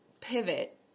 pivot